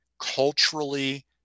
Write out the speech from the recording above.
culturally